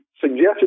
suggested